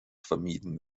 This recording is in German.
vermieden